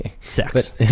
Sex